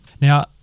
Now